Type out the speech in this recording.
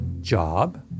job